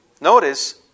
Notice